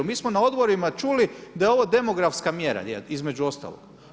Mi smo na odborima čuli da je ovo demografska mjera, između ostalog.